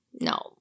no